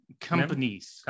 companies